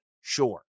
sure